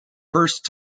first